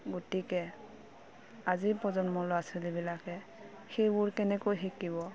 গতিকে আজিৰ প্ৰজন্মৰ ল'ৰা ছোৱালীবিলাকে সেইবোৰ কেনেকৈ শিকিব